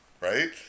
right